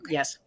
Yes